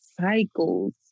cycles